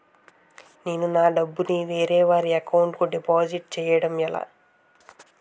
నేను నా డబ్బు ని వేరే వారి అకౌంట్ కు డిపాజిట్చే యడం ఎలా?